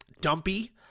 dumpy